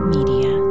Media